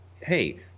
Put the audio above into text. hey